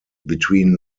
between